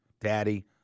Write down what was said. daddy